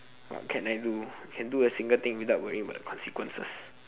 what can I do can do a single thing without worrying about the consequences